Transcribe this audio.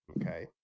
Okay